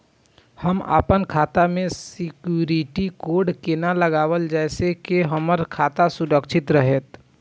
हम अपन खाता में सिक्युरिटी कोड केना लगाव जैसे के हमर खाता सुरक्षित रहैत?